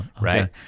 right